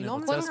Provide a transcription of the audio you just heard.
אני לא מבינה?